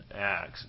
Acts